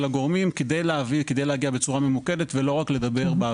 הגורמים כדי להגיע בצורה ממוקדת ולא רק לדבר באוויר.